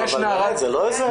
אבל זה לא איזה משהו מורכב.